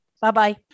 Bye-bye